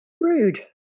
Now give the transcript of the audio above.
rude